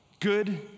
good